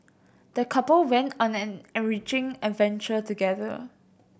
the couple went on an enriching adventure together